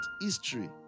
history